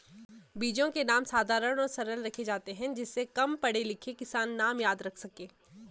बीजों के नाम साधारण और सरल रखे जाते हैं जिससे कम पढ़े लिखे किसान नाम याद रख सके